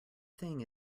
thing